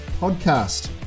Podcast